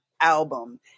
album